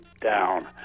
down